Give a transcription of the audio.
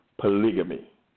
polygamy